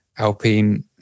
Alpine